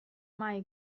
mai